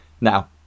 now